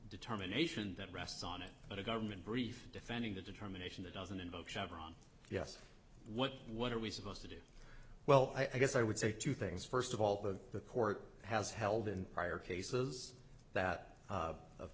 determination that rests on it but a government brief defending the determination that doesn't invoke chevron yes what what are we supposed to do well i guess i would say two things first of all the the court has held in prior cases that